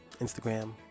Instagram